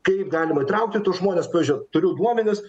kaip galima įtraukti tuos žmones pavyzdžiui turiu duomenis